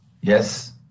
Yes